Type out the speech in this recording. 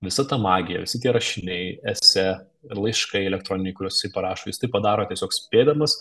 visa ta magija visi tie rašiniai esė laiškai elektroniniai kuriuos jisai parašo jis tai padaro tiesiog spėdamas